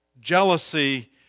jealousy